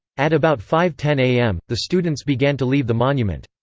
at about five ten am, the students began to leave the monument.